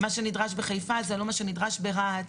מה שנדרש בחיפה, זה לא מה שנדרש ברהט.